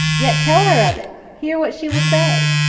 yet tell her of it hear what she will say.